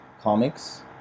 comics